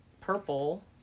purple